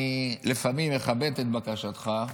לפעמים אני מכבד את בקשתך --- תודה.